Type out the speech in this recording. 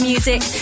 music